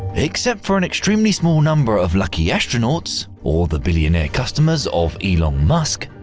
except for an extremely small number of lucky astronauts or the billionaire customers of elon musk,